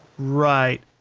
right.